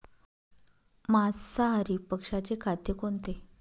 मांसाहारी पक्ष्याचे खाद्य कोणते?